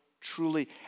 truly